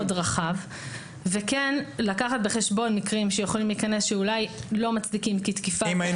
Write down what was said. רחב וכן לקחת בחשבון מקרים שיכולים להיכנס ואולי לא מצדיקים --- אם היינו